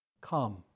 Come